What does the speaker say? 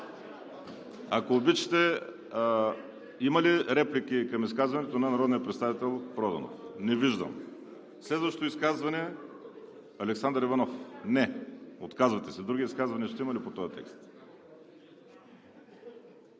(Оживление.) Има ли реплики към изказването на народния представител Проданов? Не виждам. Следващо изказване – Александър Иванов? Не, отказвате се. Други изказвания ще има ли по този текст?